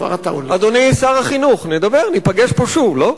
אדוני שר החינוך, ניפגש פה שוב, לא?